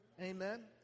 Amen